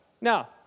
Now